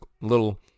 little